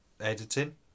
editing